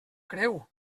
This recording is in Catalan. creu